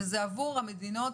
וזה עבור המדינות